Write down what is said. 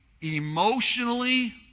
emotionally